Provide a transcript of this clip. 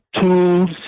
tools